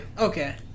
Okay